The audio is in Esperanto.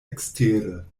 ekstere